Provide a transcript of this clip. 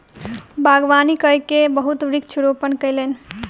बागवानी कय के बहुत वृक्ष रोपण कयलैन